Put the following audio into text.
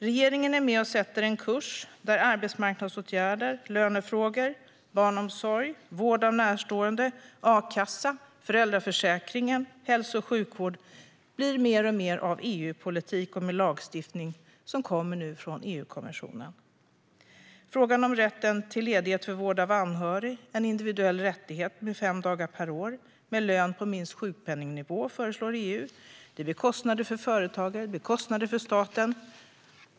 Regeringen är med och sätter en kurs där arbetsmarknadsåtgärder, lönefrågor, barnsomsorg, vård av närstående, a-kassa, föräldraförsäkring och hälso och sjukvård blir mer och mer av EU-politik med lagstiftning som nu kommer från EU-kommissionen. EU föreslår rätt till ledighet för vård av anhörig, en individuell rättighet på fem dagar per år. Det blir kostnader för företagare och för staten.